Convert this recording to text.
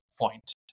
point